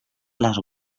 les